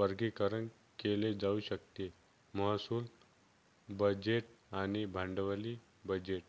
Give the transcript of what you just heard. वर्गीकरण केले जाऊ शकते महसूल बजेट आणि भांडवली बजेट